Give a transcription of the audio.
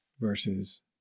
versus